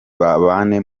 babane